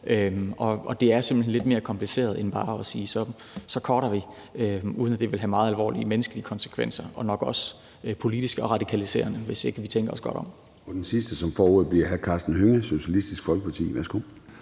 og det er simpelt hen lidt mere kompliceret end bare at sige, at vi så cutter det, uden at det vil have meget alvorlige menneskelige konsekvenser og nok også politiske og radikaliserende konsekvenser, hvis ikke vi tænker os godt om. Kl. 13:46 Formanden (Søren Gade): Den sidste, som får ordet, bliver hr. Karsten Hønge, Socialistisk Folkeparti. Værsgo.